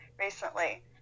recently